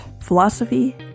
philosophy